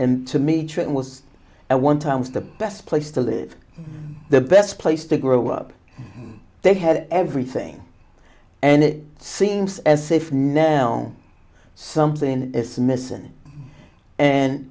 and to me train was one times the best place to live the best place to grow up they had everything and it seems as if noun something is missing and